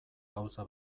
gauza